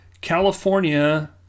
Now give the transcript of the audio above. california